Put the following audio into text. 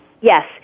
yes